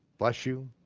bless you,